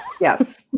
Yes